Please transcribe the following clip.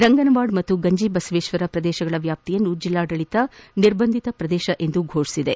ರಂಗನವಾಡ ಹಾಗೂ ಗಂಜಿ ಬಸವೇಶ್ವರ ಪ್ರದೇಶಗಳ ವ್ಯಾಪ್ತಿಯನ್ನು ಜಿಲ್ಲಾಡಳಿತ ನಿರ್ಭಂಧಿತ ಪ್ರದೇಶವೆಂದು ಘೋಷಿಸಿಸಲಾಗಿದೆ